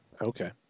okay